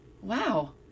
Wow